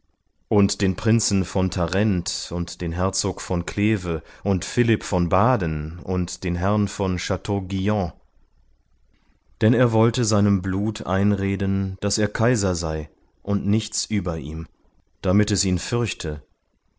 und den prinzen von tarent und den herzog von cleve und philipp von baden und den herrn von chteau guyon denn er wollte seinem blut einreden daß er kaiser sei und nichts über ihm damit es ihn fürchte